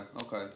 okay